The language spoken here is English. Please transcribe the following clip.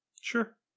Sure